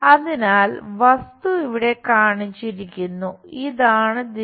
അതിനാൽ വസ്തു ഇവിടെ കാണിച്ചിരിക്കുന്നു ഇതാണ് ദിശ